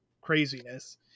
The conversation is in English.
craziness